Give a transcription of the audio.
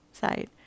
side